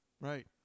Right